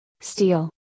Steel